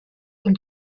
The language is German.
und